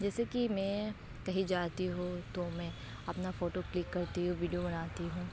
جیسے کہ میں کہیں جاتی ہوں تو میں اپنا فوٹو کلک کرتی ہوں ویڈیو بناتی ہوں